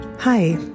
Hi